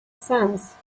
sense